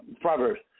Proverbs